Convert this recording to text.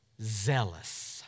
zealous